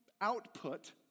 output